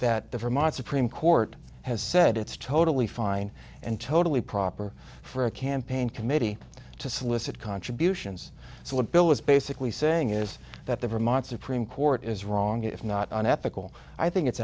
that the vermont supreme court has said it's totally fine and totally proper for a campaign committee to solicit contributions so a bill is basically saying is that the vermont supreme court is wrong it's not unethical i think it's